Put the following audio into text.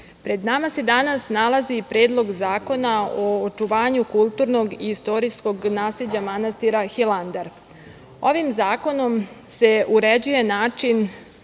pred nama se danas nalazi Predlog zakona o očuvanju kulturnog i istorijskog nasleđa manastira Hilandar. Ovim zakonom se uređuje način